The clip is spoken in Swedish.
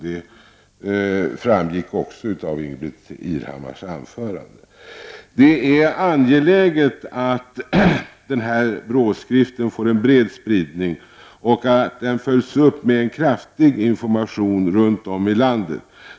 Det framgick också av Ingbritt Irhammars anförande. Det är angeläget att skriften från BRÅ får en bred spridning och att den följs upp med en kraftig information runt om i landet.